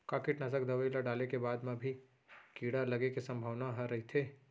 का कीटनाशक दवई ल डाले के बाद म भी कीड़ा लगे के संभावना ह रइथे?